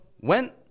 Went